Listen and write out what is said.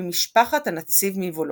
ממשפחת הנצי"ב מוולוז'ין.